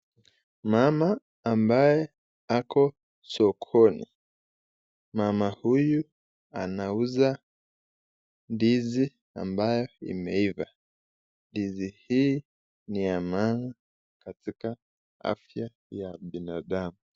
Mama ambaye ako sokoni. Mama huyu anauza ndizi ambayo imeiva ndizi hii ni ya maana katika afya ya binadamu.